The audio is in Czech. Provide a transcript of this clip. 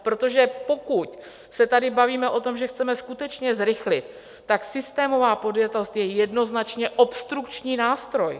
Protože pokud se tady bavíme o tom, že chceme skutečně zrychlit, tak systémová podjatost je jednoznačně obstrukční nástroj.